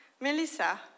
Melissa